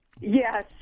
Yes